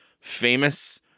famous